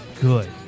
good